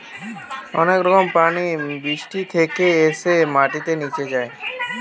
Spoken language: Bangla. অনেক রকম পানি বৃষ্টি থেকে এসে মাটিতে নিচে যায়